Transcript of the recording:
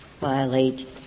violate